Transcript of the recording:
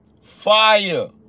fire